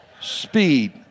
Speed